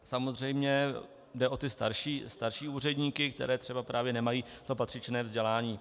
Samozřejmě jde o ty starší úředníky, kteří třeba právě nemají to patřičné vzdělání.